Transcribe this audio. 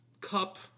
cup